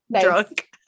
drunk